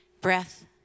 Breath